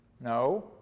No